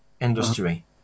industry